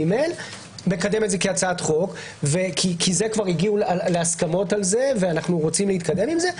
ג' כי כבר הגיעו להסכמות על זה ואנחנו רוצים להתקדם עם זה,